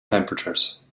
temperatures